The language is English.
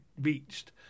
reached